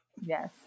Yes